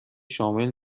شامل